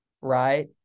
right